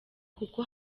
kuko